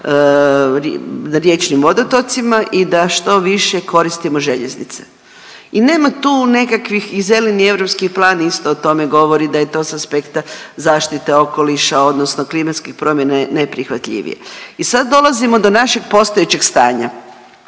riječnim vodotocima i da što više koristimo željeznice. I nema tu nekakvih i zeleni europski plan isto o tome govori da je to sa aspekta zaštite okoliša, odnosno klimatskih promjena je najprihvatljivije. I sad dolazimo do našeg postojećeg stanja.